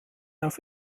auf